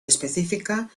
específica